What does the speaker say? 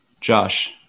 Josh